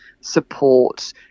support